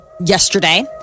yesterday